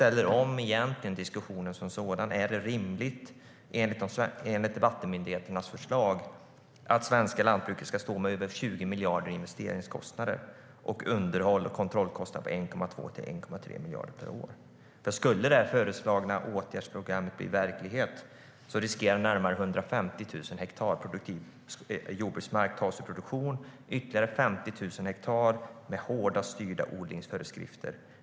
Är det rimligt att svenska lantbruket enligt vattenmyndigheternas förslag ska stå för över 20 miljarder i investeringskostnader och en underhålls och kontrollkostnad på 1,2-1,3 miljarder per år? Skulle det föreslagna åtgärdsprogrammet bli verklighet riskerar närmare 150 000 hektar produktiv jordbruksmark att tas ur produktion. Ytterligare 50 000 hektar skulle beläggas med hårt styrda odlingsföreskrifter.